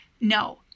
No